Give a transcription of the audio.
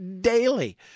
daily